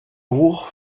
roure